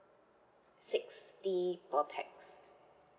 sixty per pax